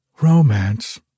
Romance